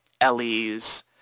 Ellie's